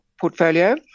portfolio